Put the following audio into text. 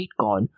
Bitcoin